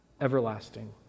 everlasting